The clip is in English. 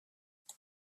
then